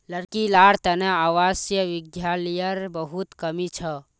लड़की लार तने आवासीय विद्यालयर बहुत कमी छ